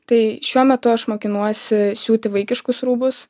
tai šiuo metu aš mokinuosi siūti vaikiškus rūbus